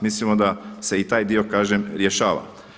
Mislimo da se i taj dio kažem rješava.